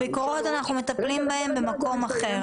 ביקורות אנחנו מטפלים בהן במקום אחר,